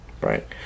right